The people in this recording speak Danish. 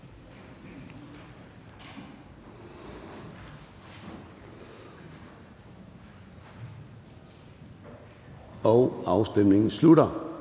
og afstemningen starter.